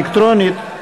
הצבעה אלקטרונית.